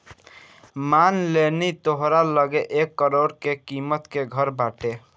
मान लेनी तोहरा लगे एक करोड़ के किमत के घर बाटे